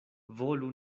volu